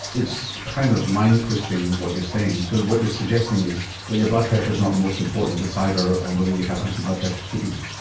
it's kind of mind twisting, what you're saying. so what you're suggesting is that your blood pressure is not the most important decider of um whether you have anti blood pressure treatment.